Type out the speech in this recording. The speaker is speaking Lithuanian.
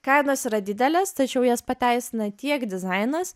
kainos yra didelės tačiau jas pateisina tiek dizainas